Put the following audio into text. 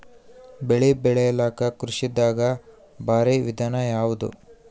ಬೆಳೆ ಬೆಳಿಲಾಕ ಕೃಷಿ ದಾಗ ಭಾರಿ ವಿಧಾನ ಯಾವುದು?